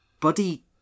Buddy